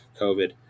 COVID